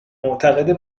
معتقده